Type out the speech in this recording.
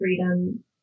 freedom